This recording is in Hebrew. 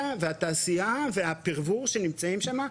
האוטוסטרדה והתעשייה והפירבור שנמצאים שם?